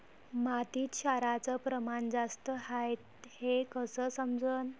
मातीत क्षाराचं प्रमान जास्त हाये हे कस समजन?